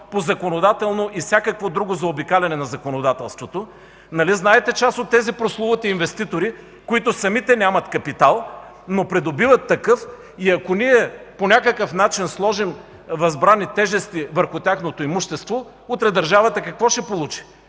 по законодателно и всякакво друго заобикаляне на законодателството?! Нали знаете част от тези прословути инвеститори, които нямат капитал, но придобиват такъв и ако ние по някакъв начин сложим възбрана и тежести върху тяхното имущество, утре държавата какво ще получи?